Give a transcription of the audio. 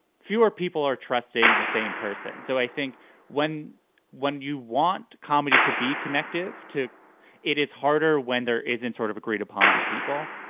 fewer people are trusting the same person. so i think when when you want comedy to be connected to it is harder when there is in sort of agreed upon people.